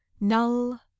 null